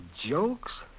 jokes